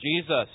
Jesus